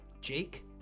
Jake